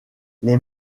les